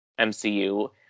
MCU